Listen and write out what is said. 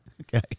Okay